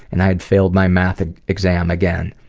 and i had failed my math and exam again.